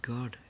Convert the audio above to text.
God